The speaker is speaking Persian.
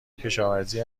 کشاوزی